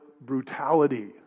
brutality